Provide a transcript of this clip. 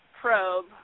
probe